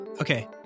Okay